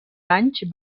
anys